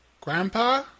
Grandpa